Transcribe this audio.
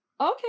Okay